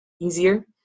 easier